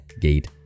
Gate